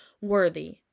worthy